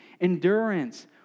endurance